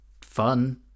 fun